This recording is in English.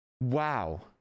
wow